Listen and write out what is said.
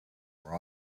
were